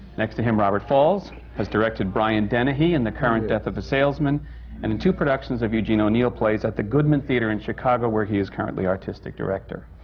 next to him, robert falls has directed brian dennehy in the current death of a salesman and in two productions of eugene o'neill plays at the goodman theatre in chicago, where he is currently artistic director.